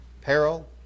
peril